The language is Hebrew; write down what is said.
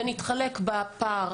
ונתחלק בפער,